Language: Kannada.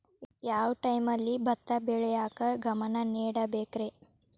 ಯಾವ್ ಟೈಮಲ್ಲಿ ಭತ್ತ ಬೆಳಿಯಾಕ ಗಮನ ನೇಡಬೇಕ್ರೇ?